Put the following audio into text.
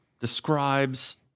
describes